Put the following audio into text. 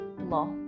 Law